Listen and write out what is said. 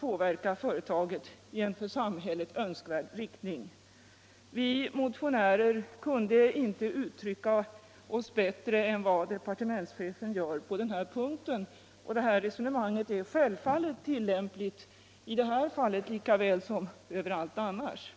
påverka företaget i en för samhället önskvärd riktning.” Vi motionärer kunde inte uttrycka oss bättre än vad departementschefen gör på denna punkt, och detta resonemang är självfallet tillämpligt i det här fallet lika väl som överallt annars.